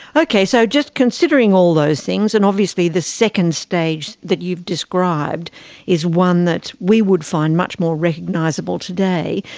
okay, so just considering all those things and obviously the second stage that you've described is one that we would find much more recognisable today,